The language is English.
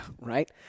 Right